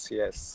yes